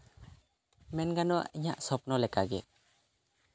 ᱢᱮᱱ ᱜᱟᱱᱚᱜᱼᱟ ᱤᱧᱟᱹᱜ ᱥᱚᱯᱱᱚ ᱞᱮᱠᱟᱜᱮ